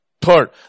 Third